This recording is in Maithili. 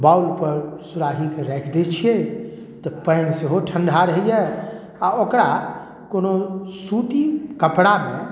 बालू पर सुराहीके राखि दै छियै तऽ पानि सेहो ठण्डा रहैया आ ओकरा कोनो सूती कपड़ामे